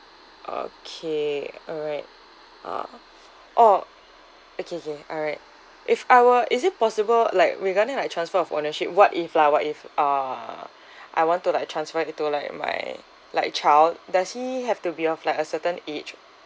okay alright ah oh okay okay alright if I were is it possible like regarding like transfer of ownership what if lah what if uh I want to like transfer it to like my like child does he have to be of like a certain age